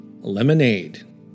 lemonade